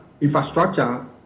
infrastructure